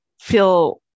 feel